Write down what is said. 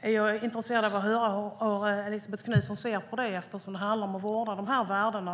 är jag intresserad av att höra hur Elisabet Knutsson ser på detta. Det handlar om att vårda dessa värden.